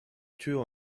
tür